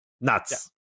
nuts